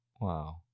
Wow